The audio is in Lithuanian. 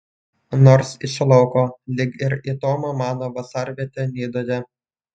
nors iš lauko lyg ir į tomo mano vasarvietę nidoje